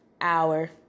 hour